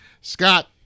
Scott